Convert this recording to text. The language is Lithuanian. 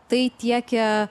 tai tiekia